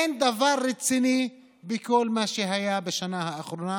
אין דבר רציני בכל מה שהיה בשנה האחרונה,